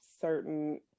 certain